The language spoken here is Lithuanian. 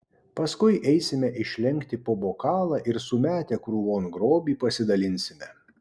paskui eisime išlenkti po bokalą ir sumetę krūvon grobį pasidalinsime